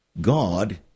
God